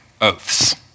oaths